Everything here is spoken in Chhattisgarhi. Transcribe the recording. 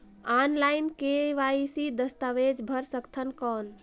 ऑनलाइन के.वाई.सी दस्तावेज भर सकथन कौन?